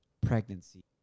pregnancy